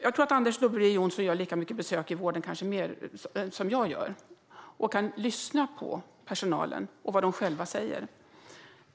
Jag tror att Anders W Jonsson gör lika många besök i vården som jag gör eller kanske fler och att han då kan lyssna på personalen och vad de själva säger.